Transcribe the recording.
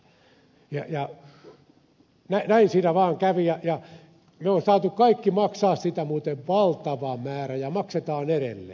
ja näin siinä vaan kävi ja me on saatu kaikki maksaa siitä muuten valtava määrä ja maksetaan edelleen